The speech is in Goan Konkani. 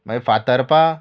मागीर फातर्पा